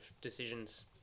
decisions